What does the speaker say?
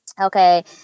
Okay